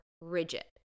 rigid